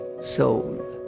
soul